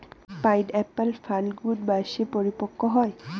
pineapple ফাল্গুন মাসে পরিপক্ব হয়